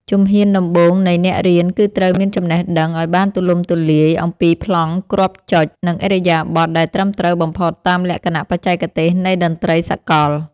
ជំហានដំបូងនៃអ្នករៀនគឺត្រូវមានចំណេះដឹងឱ្យបានទូលំទូលាយអំពីប្លង់គ្រាប់ចុច និងឥរិយាបថដែលត្រឹមត្រូវបំផុតតាមលក្ខណៈបច្ចេកទេសនៃតន្ត្រីសកល។